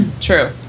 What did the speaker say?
true